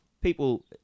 people